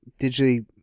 digitally